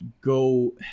go